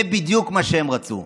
זה בדיוק מה שהם רצו.